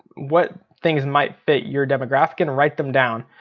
what things might fit your demographic and write them down.